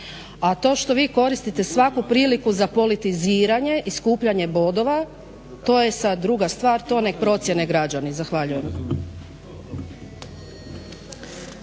a to što vi koristite svaku priliku za politiziranje i skupljanje bodova to je sad druga stvar, to nek procijene građani. Zahvaljujem.